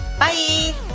Bye